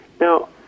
Now